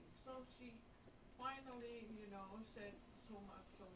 so she finally, you know, said, so